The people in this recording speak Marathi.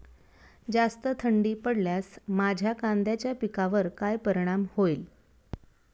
जास्त थंडी पडल्यास माझ्या कांद्याच्या पिकावर काय परिणाम होईल?